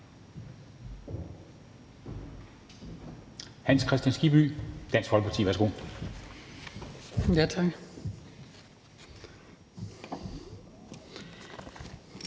Hans Kristian Skibby, Dansk Folkeparti. Værsgo. Kl.